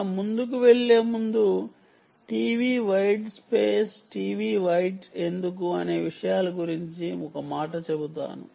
మనం ముందుకు వెళ్ళే ముందు TV wide space TV white ఎందుకు అనే విషయం గురించి ఒక మాట చెబుతాను